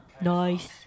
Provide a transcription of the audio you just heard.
Nice